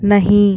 نہیں